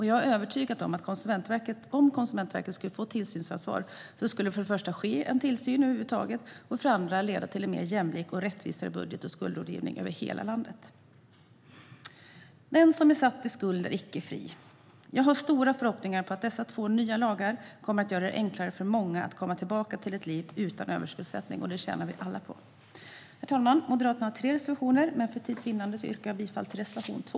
Jag är övertygad om att om Konsumentverket skulle få tillsynsansvar skulle det för det första ske en tillsyn, och för det andra skulle det leda till en mer jämlik budget och skuldrådgivning över hela landet. Den som är försatt i skuld är icke fri. Jag har stora förhoppningar att dessa två nya lagar kommer att göra det enklare för många att komma tillbaka till ett liv utan överskuldsättning. Det tjänar vi alla på. Herr talman! Moderaterna har tre reservationer, men för tids vinnande yrkar jag bifall endast till reservation 2.